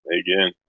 Again